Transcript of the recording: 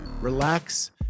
relax